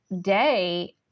day